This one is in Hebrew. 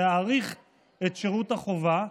להאריך את שירות החובה,